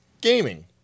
gaming